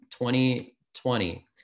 2020